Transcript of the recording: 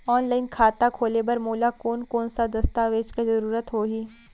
Online खाता खोले बर मोला कोन कोन स दस्तावेज के जरूरत होही?